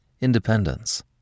independence